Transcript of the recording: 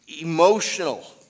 Emotional